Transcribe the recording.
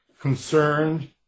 concerned